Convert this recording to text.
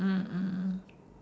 mm mm mm